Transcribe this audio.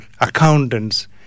accountants